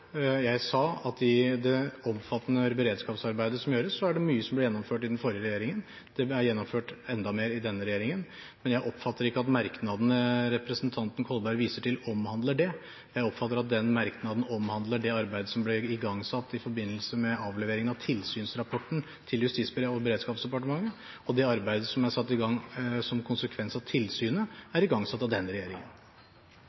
Jeg sa at i det omfattende beredskapsarbeidet som gjøres, er det mye som ble gjennomført i den forrige regjeringen. Det er gjennomført enda mer i denne regjeringen, men jeg oppfatter ikke at merknadene representanten Kolberg viser til, omhandler det. Jeg oppfatter at den merknaden omhandler det arbeidet som ble igangsatt i forbindelse med avlevering av tilsynsrapporten til Justis- og beredskapsdepartementet, og det arbeidet som er satt i gang som konsekvens av tilsynet, er igangsatt av denne regjeringen.